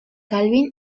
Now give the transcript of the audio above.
calvin